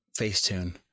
FaceTune